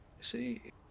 see